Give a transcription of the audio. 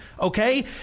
Okay